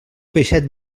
peixet